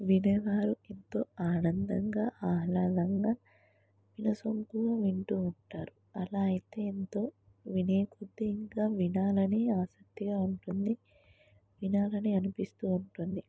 వినేవారు ఎంతో ఆనందంగా ఆహ్లాదంగా వినసొంపుగా వింటు ఉంటారు అలా అయితే ఎంతో వినేకొద్ది ఇంకా వినాలి అని ఆసక్తిగా ఉంటుంది వినాలి అని అనిపిస్తు ఉంటుంది